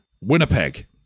Winnipeg